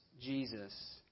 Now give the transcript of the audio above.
Jesus